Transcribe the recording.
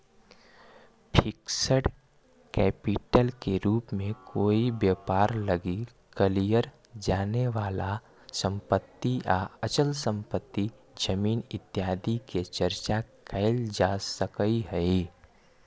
fixed capital के रूप में कोई व्यापार लगी कलियर जाने वाला संपत्ति या अचल संपत्ति जमीन इत्यादि के चर्चा कैल जा सकऽ हई